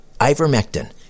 Ivermectin